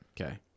Okay